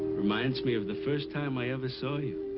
reminds me of the first time i ever saw you.